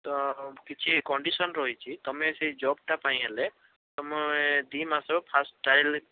ତ କିଛି କଣ୍ଡିସନ ରହିଛି ତମେ ସେଇ ଜବ୍ଟା ପାଇଁ ହେଲେ ତମେ ଦୁଇମାସ ଫାଷ୍ଟ ଟ୍ରାଏଲ୍